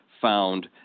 found